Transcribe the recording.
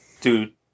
dude